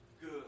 good